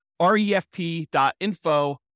refp.info